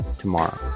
tomorrow